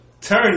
Turn